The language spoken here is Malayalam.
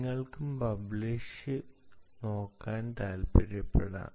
നിങ്ങൾക്കും പബ്ലിഷ് നോക്കാൻ താൽപ്പര്യപ്പെടാം